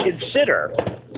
consider